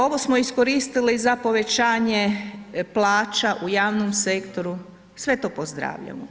Ovo smo iskoristili za povećanje plaća u javnom sektoru, sve to pozdravljamo.